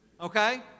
Okay